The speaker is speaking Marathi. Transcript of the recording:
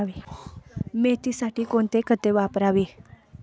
मेथीसाठी कोणती खते वापरावी?